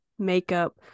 Makeup